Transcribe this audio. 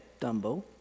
Dumbo